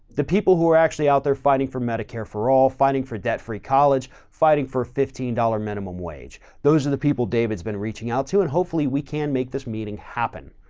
the people who are actually out there fighting for medicare for all, fighting for debt-free college fighting for fifteen dollars minimum wage, those are the people david's been reaching out to. and hopefully we can make this meeting happen,